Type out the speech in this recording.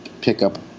pickup